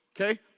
Okay